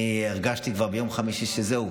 אני הרגשתי כבר ביום חמישי שזהו,